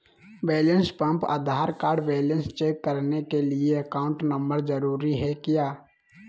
Balance pump Aadhaar card balance check करने के लिए अकाउंट नंबर जरूरी है क्या?